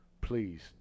please